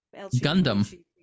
Gundam